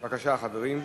בבקשה, חברים.